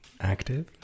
Active